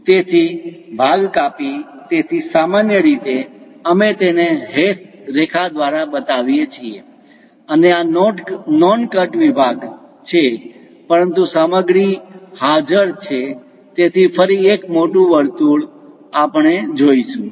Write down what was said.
તેથી ભાગ કાપી તેથી સામાન્ય રીતે અમે તેને હેશ રેખા દ્વારા બતાવીએ છીએ અને આ નોન કટ વિભાગ છે પરંતુ સામગ્રી હાજર છે તેથી ફરી એક મોટું વર્તુળ આપણે જોશું